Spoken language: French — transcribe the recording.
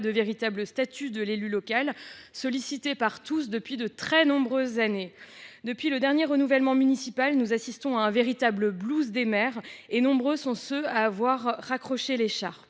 d’un véritable statut de l’élu local, sollicité par tous depuis de très nombreuses années. Depuis le dernier renouvellement municipal, nous assistons à un véritable « blues des maires » et nombreux sont ceux à avoir raccroché l’écharpe.